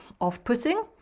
off-putting